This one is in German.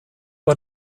war